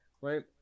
right